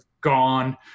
gone